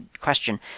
question